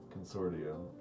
consortium